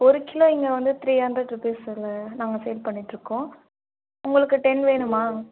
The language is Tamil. ஒரு கிலோ இங்கே வந்து த்ரீ ஹண்ட்ரெட் ருபீஸில் நாங்கள் சேல் பண்ணிட்டு இருக்கோம் உங்களுக்கு டென் வேணுமா